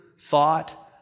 thought